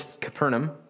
Capernaum